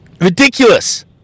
Ridiculous